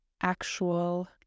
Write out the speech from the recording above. actual